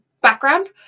background